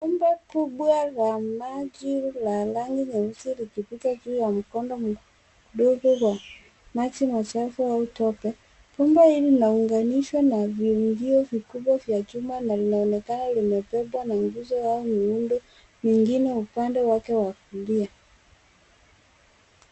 Bomba kubwa la maji la rangi nyeusi likipita juu ya mkondo mdogo wa maji machafu au tope. Bomba hili linaunganishwa na viungio vikubwa vya chuma na linaonekana limebeba nguzo au miundo minigne upande wake wa kulia.